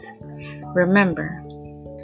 Remember